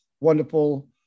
wonderful